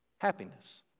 Happiness